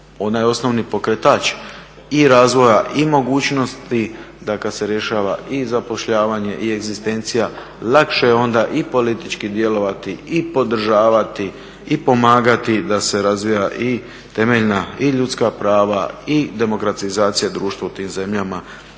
onaj osnovni pokretač i razvoja i mogućnosti da kada se rješava i zapošljavanje i egzistencija lakše onda i politički djelovati i podržavati i pomagati da se razvija i temeljna i ljudska prava i demokratizacija društva u tim zemljama.